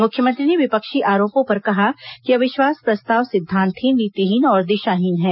मुख्यमंत्री ने विपक्षी आरोपों पर कहा कि अविश्वास प्रस्ताव सिद्धांतहीन नीतिहीन और दिशाहीन है